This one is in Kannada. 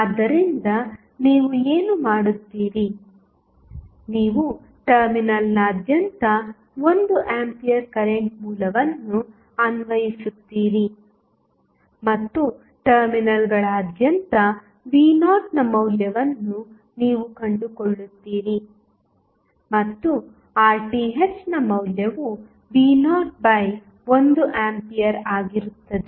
ಆದ್ದರಿಂದ ನೀವು ಏನು ಮಾಡುತ್ತೀರಿ ನೀವು ಟರ್ಮಿನಲ್ನಾದ್ಯಂತ 1 ಆಂಪಿಯರ್ ಕರೆಂಟ್ ಮೂಲವನ್ನು ಅನ್ವಯಿಸುತ್ತೀರಿ ಮತ್ತು ಟರ್ಮಿನಲ್ಗಳಾದ್ಯಂತ v0 ನ ಮೌಲ್ಯವನ್ನು ನೀವು ಕಂಡುಕೊಳ್ಳುತ್ತೀರಿ ಮತ್ತು Rth ನ ಮೌಲ್ಯವು v0 1 ಆಂಪಿಯರ್ ಆಗಿರುತ್ತದೆ